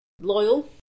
loyal